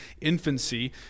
infancy